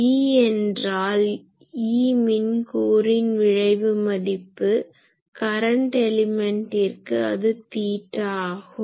E என்றால் E மின் கூறின் விழைவு மதிப்பு கரன்ட் எலிமென்டிற்கு அது தீட்டா ஆகும்